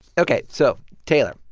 ok. so, taylor,